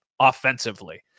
offensively